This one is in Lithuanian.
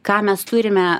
ką mes turime